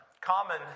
common